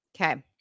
Okay